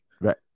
Right